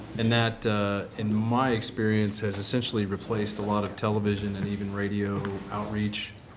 and that in my experience has essentially replaced a lot of television and even radio outreach?